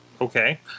Okay